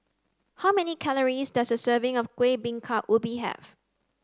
how many calories does a serving of Kueh Bingka Ubi have